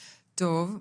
טוב.